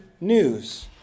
news